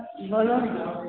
बोलो ने